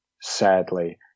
sadly